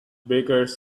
bakers